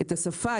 את השפה,